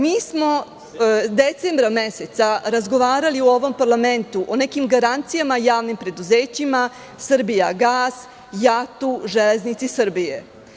Mi smo decembra meseca razgovarali u ovom parlamentu o nekim garancijama javnim preduzećima "Srbijagas", "JAT", "Železnica Srbije"